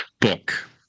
book